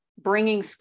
Bringing